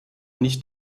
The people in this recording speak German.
nicht